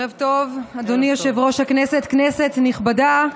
ערב טוב, אדוני יושב-ראש הכנסת, כנסת נכבדה,